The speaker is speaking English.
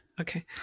Okay